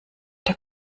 der